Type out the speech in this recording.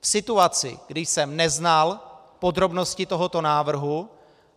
V situaci, kdy jsem neznal podrobnosti tohoto návrhu,